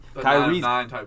Kyrie